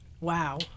Wow